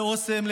לאסם,